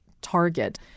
target